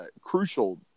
crucial